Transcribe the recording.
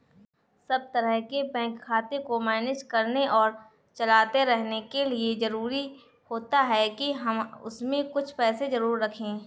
सब तरह के बैंक खाते को मैनेज करने और चलाते रहने के लिए जरुरी होता है के हम उसमें कुछ पैसे जरूर रखे